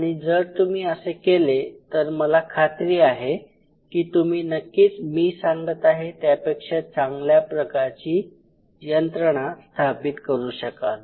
आणि जर तुम्ही असे केले तर मला खात्री आहे की तुम्ही नक्कीच मी सांगत आहे त्यापेक्षा चांगल्या प्रकारची यंत्रणा स्थापित करू शकाल